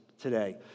today